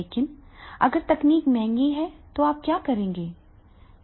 लेकिन अगर तकनीक महंगी है तो आप क्या करेंगे